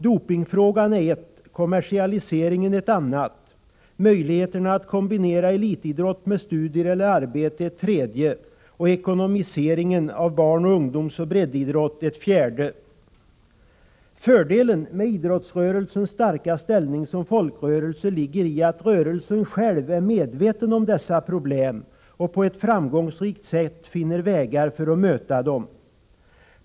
Dopingfrågan är ett, kommersialiseringen ett annat, möjligheterna att kombinera elitidrott med studier eller arbete ett tredje och ekonomiseringen av barn-, ungdomsoch breddidrott ett fjärde. Fördelen med idrottsrörelsens starka ställning som folkrörelse ligger i att rörelsen själv är medveten om dessa problem och på ett framgångsrikt sätt finner vägar att möta dem.